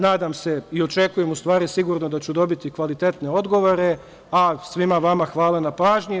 Nadam se i očekujem, u stvari, sigurno da ću dobiti kvalitetne odgovore, a svima vama hvala na pažnji.